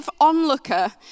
onlooker